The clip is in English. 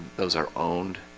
those are owned